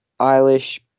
Eilish